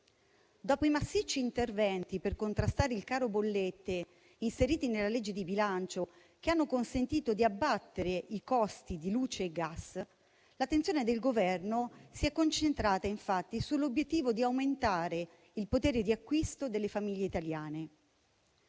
Dopo i massicci interventi per contrastare il caro bollette inseriti nella legge di bilancio, che hanno consentito di abbattere i costi di luce e gas, l'attenzione del Governo si è concentrata sull'obiettivo di aumentare il potere di acquisto delle famiglie italiane.